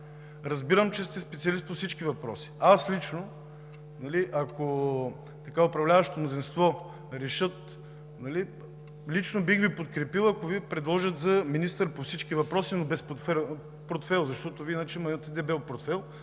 Разбирам, че сте специалист по всички въпроси. Аз лично, ако управляващото мнозинство реши, лично бих Ви подкрепил, ако Ви предложат за министър по всички въпроси, но без портфейл, защото Вие иначе имате дебел портфейл,